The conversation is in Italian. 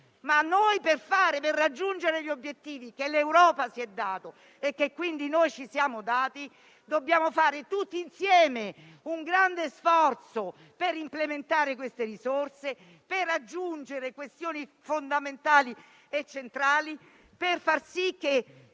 sempre - per raggiungere gli obiettivi che l'Europa si è data, e quindi noi ci siamo dati, dobbiamo fare tutti insieme un grande sforzo per implementare le risorse, per raggiungere obiettivi fondamentali e centrali, per far sì che